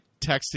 texted